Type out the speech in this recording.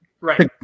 Right